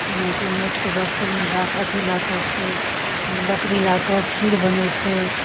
जेनाकि माटिके बर्तन लए कऽ अथि लए कऽ से लकड़ी लए कऽ खीर बनै छै